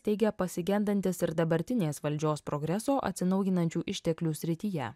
teigia pasigendantis ir dabartinės valdžios progreso atsinaujinančių išteklių srityje